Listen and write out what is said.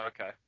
Okay